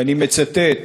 ואני מצטט: